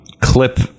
clip